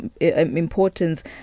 importance